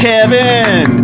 Kevin